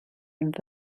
and